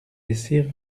laisser